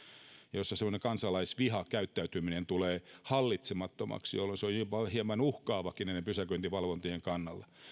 joissa semmoinen kansalaisvihakäyttäytyminen tulee hallitsemattomaksi jolloin se on jopa hieman uhkaavaakin pysäköinninvalvojien kannalta